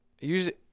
usually